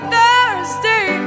Thursday